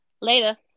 later